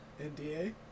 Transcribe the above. NDA